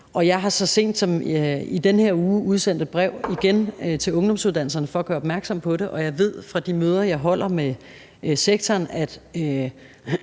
Jeg har så sent som i den her uge udsendt et brev igen til ungdomsuddannelserne for at gøre opmærksom på det, og jeg ved fra de møder, jeg holder med sektoren, at